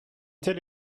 tel